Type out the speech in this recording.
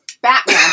Batman